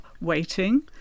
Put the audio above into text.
waiting